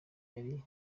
yari